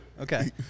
Okay